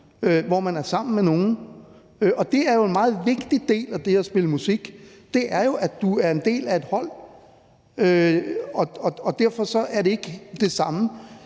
hvor man er sammen med nogle. Og det er jo en meget vigtig del af det at spille musik. Det er, at du er en del af et hold. Derfor er det ikke det samme,